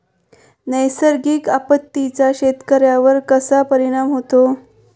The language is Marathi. नैसर्गिक आपत्तींचा शेतकऱ्यांवर कसा परिणाम होतो?